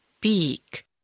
beak